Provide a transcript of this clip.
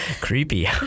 Creepy